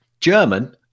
German